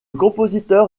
compositeur